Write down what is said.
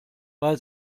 weil